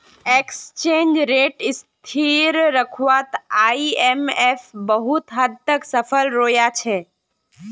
exchange rate स्थिर रखवात IMF बहुत हद तक सफल रोया छे